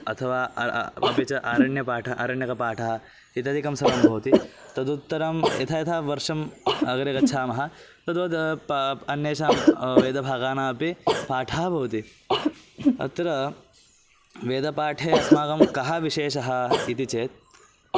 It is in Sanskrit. अथवा अपि च आरण्यपाठः आरण्यकपाठः इत्यादिकं सर्वं भवति तदुत्तरं यथा यथा वर्षम् अग्रे गच्छामः तद्वद् अन्येषां वेदभागानामपि पाठः भवति अत्र वेदपाठे अस्माकं कः विशेषः इति चेत्